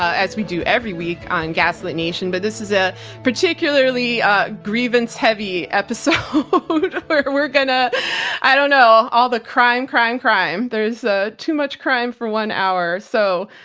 as we do every week on gaslit nation, but this is a particularly ah grievance-heavy episode we're gonna i don't know, all the crime, crime, crime. there's too much crime for one hour. so,